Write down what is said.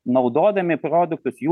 naudodami produktus jų